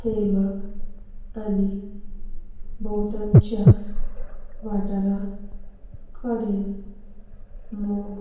सैमाक आनी भोंवतणच्या वाठारां कडेन मोग